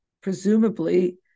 presumably